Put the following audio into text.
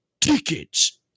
tickets